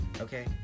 okay